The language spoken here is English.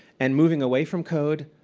and moving away from code,